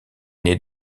née